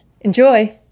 Enjoy